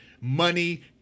money